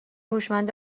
هوشمند